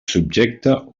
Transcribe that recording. subjecte